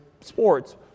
sports